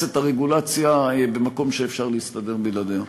את הרגולציה במקום שאפשר להסתדר בלעדיה.